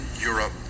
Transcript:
Europe